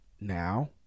Now